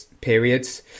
periods